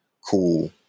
cool